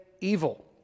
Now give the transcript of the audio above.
evil